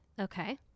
Okay